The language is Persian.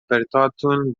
پرتاتون